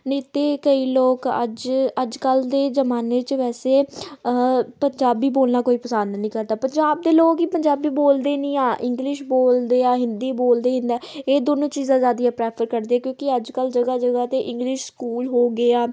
ਨਹੀਂ ਤਾਂ ਕਈ ਲੋਕ ਅੱਜ ਅੱਜ ਕੱਲ੍ਹ ਦੇ ਜ਼ਮਾਨੇ 'ਚ ਵੈਸੇ ਪੰਜਾਬੀ ਬੋਲਣਾ ਕੋਈ ਪਸੰਦ ਨਹੀਂ ਕਰਦਾ ਪੰਜਾਬ ਦੇ ਲੋਕ ਹੀ ਪੰਜਾਬੀ ਬੋਲਦੇ ਨਹੀਂ ਆ ਇੰਗਲਿਸ਼ ਬੋਲਦੇ ਆ ਹਿੰਦੀ ਬੋਲਦੇ ਇਹ ਦੋਨੋਂ ਚੀਜ਼ਾਂ ਜ਼ਿਆਦਾ ਪ੍ਰੈਫਰ ਕਰਦੇ ਆ ਕਿਉਂਕਿ ਅੱਜ ਕੱਲ੍ਹ ਜਗ੍ਹਾ ਜਗ੍ਹਾ 'ਤੇ ਇੰਗਲਿਸ਼ ਸਕੂਲ ਹੋ ਗਿਆ